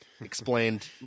explained